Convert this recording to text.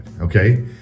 okay